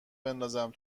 بندازم